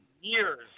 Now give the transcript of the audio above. years